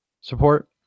support